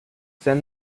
send